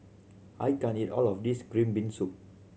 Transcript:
I can't eat all of this green bean soup